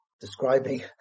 describing